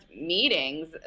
meetings